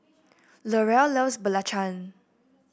Larae loves belacan